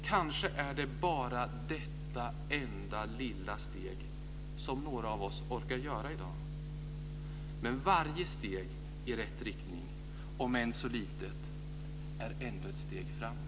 Kanske är det bara detta enda lilla steg som några av oss orkar ta i dag. Men varje steg i rätt riktning, om än så litet, är ändå ett steg framåt.